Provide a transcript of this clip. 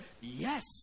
yes